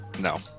no